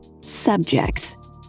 Subjects